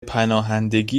پناهندگی